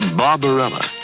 barbarella